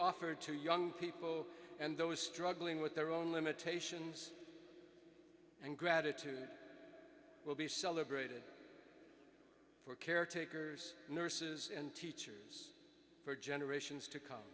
offered to young people and those struggling with their own limitations and gratitude will be celebrated for caretakers nurses and teachers for generations to come